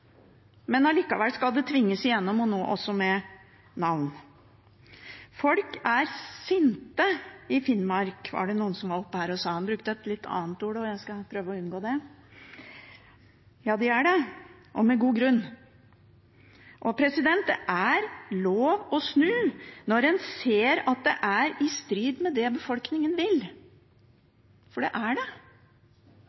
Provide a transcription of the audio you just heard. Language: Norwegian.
Men likevel skal det tvinges igjennom – og nå også med navn. Folk er sinte i Finnmark, var det en som sa her oppe. Han brukte et litt annet ord, men jeg skal prøve å unngå det. Ja, de er det – og med god grunn. Det er lov å snu når man ser at det er i strid med det befolkningen vil